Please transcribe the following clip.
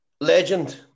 legend